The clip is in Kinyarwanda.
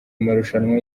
amarushanwa